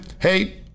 hey